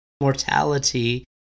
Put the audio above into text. mortality